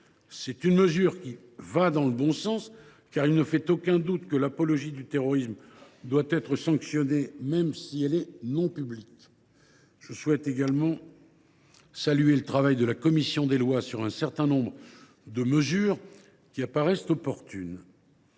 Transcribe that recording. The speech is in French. Cette mesure va dans le bon sens, car il ne fait aucun doute que l’apologie du terrorisme doit être sanctionnée, même si elle est non publique. Je souhaite également saluer le travail de la commission des lois sur un certain nombre de mesures qui apparaissent opportunes.